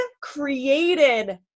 created